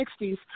1960s